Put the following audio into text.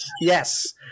Yes